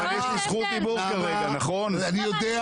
אתה לא מבין